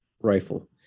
rifle